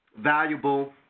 valuable